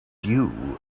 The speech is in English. you